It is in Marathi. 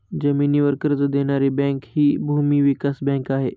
जमिनीवर कर्ज देणारी बँक हि भूमी विकास बँक आहे